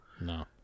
No